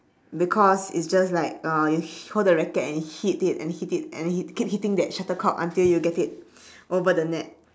because it's just like uh you hi~ hold the racket and hit it and hit it and then hit it keep hitting the shuttlecock until you get it over the net